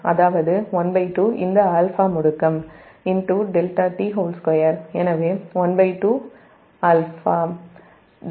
அதாவது ½ அந்த α முடுக்கம் Δ𝒕2 எனவே12 α your 108 elect degree Sec2Δ𝒕0